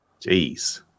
Jeez